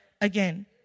again